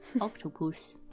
Octopus